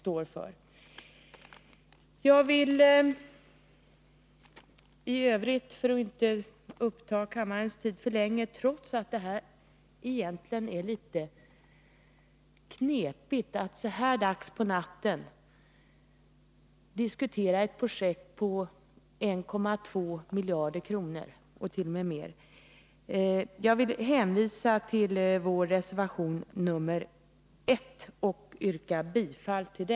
Trots att det egentligen är litet knepigt att så här dags på natten diskutera ett projekt på 1 250 milj.kr., vill jag inte ta kammarens tid i anspråk längre, utan yrkar bifall till reservationerna 1 och 3.